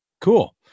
Cool